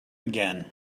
again